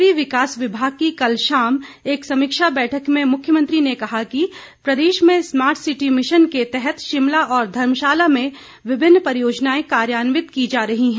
शहरी विकास विभाग की कल शाम एक समीक्षा बैठक में मुख्यमंत्री ने कहा कि प्रदेश में स्मार्ट सिटी मिशन के तहत शिमला और धर्मशाला में विभिन्न परियोजनायें कार्यन्वित की जा रही है